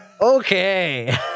Okay